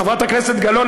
חברת הכנסת גלאון,